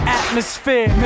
atmosphere